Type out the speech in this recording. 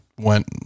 went